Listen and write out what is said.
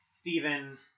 Stephen